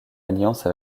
alliance